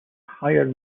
higher